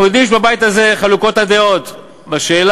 אנחנו יודעים שבבית הזה חלוקות הדעות בשאלה